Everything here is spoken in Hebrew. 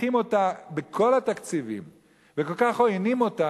מקפחים אותה בכל התקציבים וכל כך עוינים אותה,